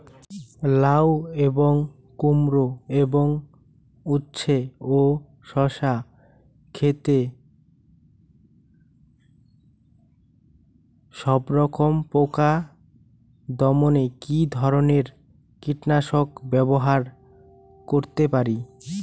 লাউ এবং কুমড়ো এবং উচ্ছে ও শসা ক্ষেতে সবরকম পোকা দমনে কী ধরনের কীটনাশক ব্যবহার করতে পারি?